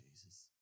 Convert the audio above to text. Jesus